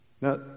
Now